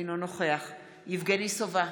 אינו נוכח יבגני סובה,